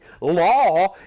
Law